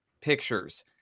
pictures